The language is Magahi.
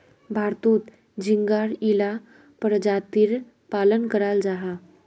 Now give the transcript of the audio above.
भारतोत झिंगार इला परजातीर पालन कराल जाहा